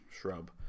shrub